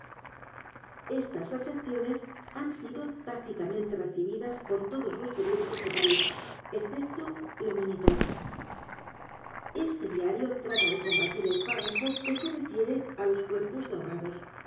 s aserciones han sido tácitamente recibidas por todos los periódicos de p a r í s escepto le moniteur este diario trata de combatir el párrafo que se refiere el misterio de maría rogét á los cuerpos de ahogados